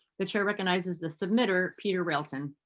the chair recognizes the submitter peter realton.